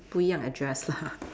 不一样 address lah